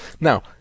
Now